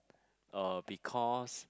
uh because